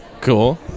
Cool